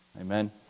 amen